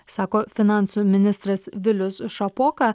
sako finansų ministras vilius šapoka